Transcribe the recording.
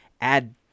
add